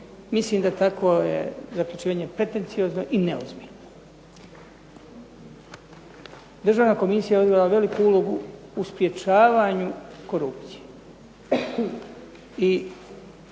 Mislim da takvo je zaključivanje pretenciozno i neozbiljno. Državna komisija je odigrala veliku ulogu u sprječavanju korupcije,